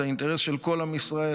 זה אינטרס של כל עם ישראל.